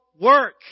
work